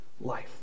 life